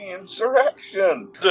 insurrection